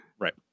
Right